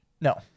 no